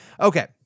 Okay